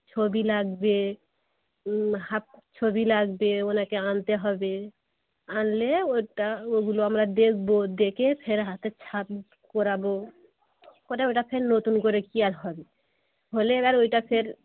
ছবি লাগবে হাফ ছবি লাগবে উনাকে আনতে হবে আনলে ওইটা ওগুলো আমরা দেখবো দেখে ফের হাতের ছাপ করাবো করে ওইটাকে নতুন করে কি আর হবে হলে এবার ওইটা ফের